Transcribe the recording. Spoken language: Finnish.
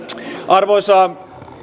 arvoisa